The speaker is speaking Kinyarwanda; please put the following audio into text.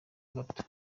gato